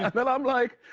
um and i'm like.